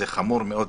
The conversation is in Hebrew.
זה חמור מאוד,